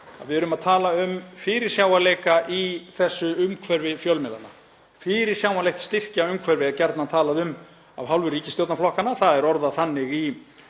við erum að tala um fyrirsjáanleika í þessu umhverfi fjölmiðlanna. Fyrirsjáanlegt styrkjaumhverfi er gjarnan talað um af hálfu ríkisstjórnarflokkanna. Það er orðað þannig í